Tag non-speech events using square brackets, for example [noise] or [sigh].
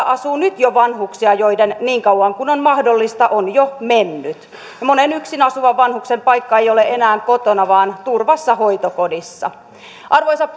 [unintelligible] asuu nyt jo vanhuksia joiden niin kauan kuin on mahdollista on jo mennyt monen yksin asuvan vanhuksen paikka ei ole enää kotona vaan turvassa hoitokodissa arvoisa [unintelligible]